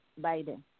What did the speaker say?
Biden